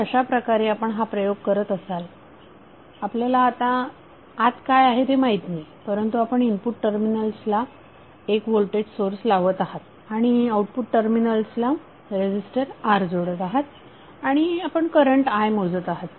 तर अशा प्रकारे आपण हा प्रयोग करत असाल आपल्याला आत काय आहे ते माहीत नाही परंतु आपण इनपुट टर्मिनल्स ला एक होल्टेज सोर्स लावत आहात आणि आउटपुट टर्मिनल्सला रेझीस्टर R जोडत आहात आणि आपण करंट i मोजत आहात